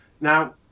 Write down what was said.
Now